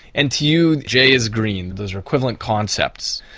and to you j is green, those are equivalent concepts,